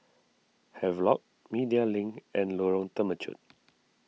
Havelock Media Link and Lorong Temechut